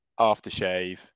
aftershave